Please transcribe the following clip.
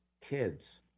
kids